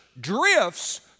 drifts